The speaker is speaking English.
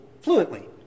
fluently